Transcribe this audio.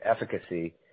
efficacy